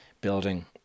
building